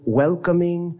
welcoming